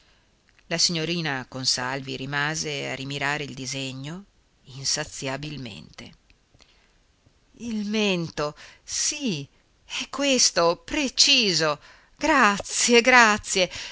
la signorina consalvi rimase a rimirare il disegno insaziabilmente il mento sì è questo preciso grazie grazie